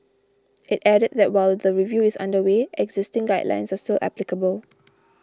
it added that while the review is under way existing guidelines are still applicable